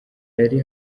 yari